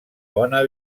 bona